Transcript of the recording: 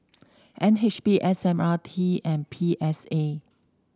N H B S M R T and P S A